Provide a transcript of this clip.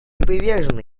привержены